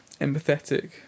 empathetic